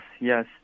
yes